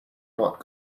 not